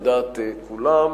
על דעת כולם,